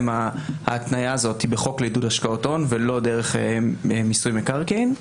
ההתניה בחוק לעידוד השקעות הון ולא דרך מיסוי מקרקעין.